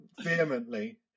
vehemently